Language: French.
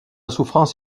souffrance